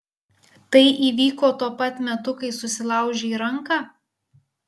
tai įvyko tuo pat metu kai susilaužei ranką